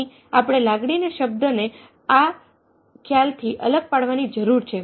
અહીં આપણે લાગણીને શબ્દને આ ખ્યાલથીઅલગ પાડવાની જરૂર છે